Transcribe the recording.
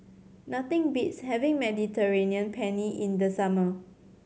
nothing beats having Mediterranean Penne in the summer